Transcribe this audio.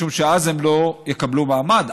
משום שאז הם לא יקבלו מעמד.